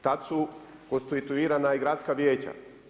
Tad su konstituirana i gradska vijeća.